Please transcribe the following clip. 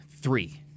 three